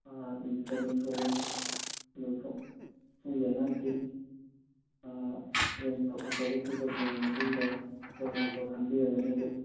English ꯈꯔ ꯑꯗꯨꯝ ꯁꯣꯜꯂꯤ ꯑꯗꯣ ꯁꯣꯝ ꯁꯣꯝꯒꯤ ꯑꯉꯥꯡꯁꯤ ꯍꯣꯔꯦꯟ ꯄ꯭ꯔꯣꯒ꯭ꯔꯦꯁ ꯔꯤꯄꯣꯔꯠ ꯌꯦꯡꯉ ꯃꯇꯨꯡꯗ ꯁꯣꯜꯂꯦ ꯍꯥꯏꯕ ꯈꯪꯕꯤꯔꯒꯅꯤ ꯑꯗꯣ